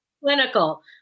Clinical